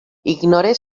ignore